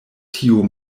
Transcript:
tiu